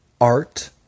art